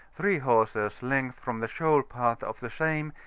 three hawsers' length from the shoal part of the same,